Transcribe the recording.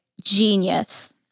genius